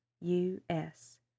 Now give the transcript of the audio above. U-S